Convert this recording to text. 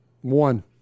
one